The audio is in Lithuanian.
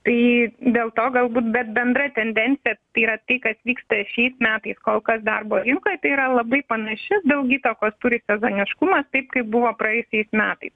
tai dėl to galbūt bet bendra tendencija yra tai kas vykta šiais metais kol kas darbo rinkoj tai yra labai panaši daug įtakos turi sezoniškumas taip kaip buvo praėjusiais metais